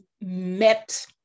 met